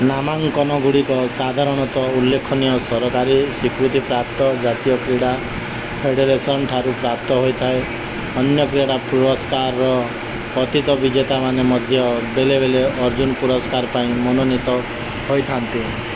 ନାମାଙ୍କନଗୁଡ଼ିକ ସାଧାରଣତଃ ଉଲ୍ଲେଖନୀୟ ସରକାରୀ ସ୍ୱୀକୃତିପ୍ରାପ୍ତ ଜାତୀୟ କ୍ରୀଡ଼ା ଫେଡ଼େରେସନ୍ ଠାରୁ ପ୍ରାପ୍ତ ହୋଇଥାଏ ଅନ୍ୟ କ୍ରୀଡ଼ା ପୁରସ୍କାରର ଅତୀତ ବିଜେତାମାନେ ମଧ୍ୟ ବେଳେବେଳେ ଅର୍ଜୁନ ପୁରସ୍କାର ପାଇଁ ମନୋନୀତ ହୋଇଥାନ୍ତି